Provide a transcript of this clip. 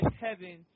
heaven